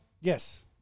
Yes